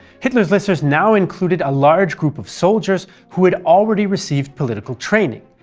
hitler's listeners now included a large group of soldiers who had already received political training,